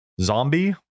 zombie